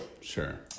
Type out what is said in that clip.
Sure